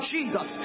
Jesus